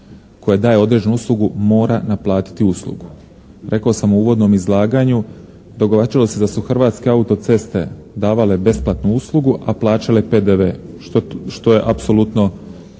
koje daje određenu uslugu mora naplatiti uslugu. Rekao sam u uvodnom izlaganju, događalo se da su Hrvatske autoceste davale besplatnu uslugu, a plaćale PDV što je apsolutno